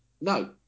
no